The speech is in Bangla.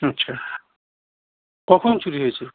আচ্ছা কখন চুরি হয়েছে